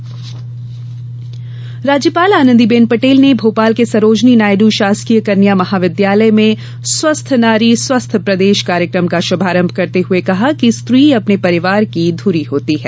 राज्यपाल राज्यपाल आनंदीबेन पटेल ने भोपाल के सरोजनी नायड् शासकीय कन्या महाविद्यालय में स्वस्थ नारीः स्वस्थ प्रदेश कार्यक्रम का शुभारंभ करते हुए कहा कि स्त्री अपने परिवार की धुरी होती है